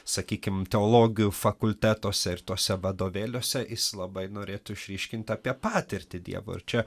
sakykim teologijų fakultetuose ir tuose vadovėliuose jis labai norėtų išryškint apie patirtį dievo ir čia